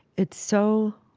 it's so